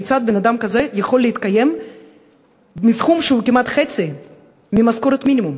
כיצד בן-אדם כזה יכול להתקיים מסכום שהוא כמעט חצי ממשכורת מינימום?